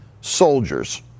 soldiers